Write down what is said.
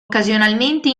occasionalmente